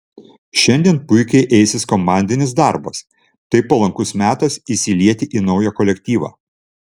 šiandien puikiai eisis komandinis darbas tai palankus metas įsilieti į naują kolektyvą